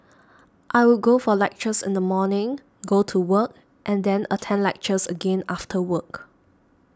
I'll go for lectures in the morning go to work and then attend lectures again after work